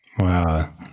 Wow